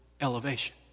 elevation